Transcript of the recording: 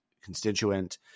constituent